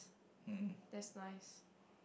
that's nice